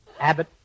Abbott